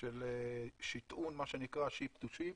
של שטעון מה שנקרא ship to ship.